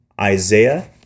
Isaiah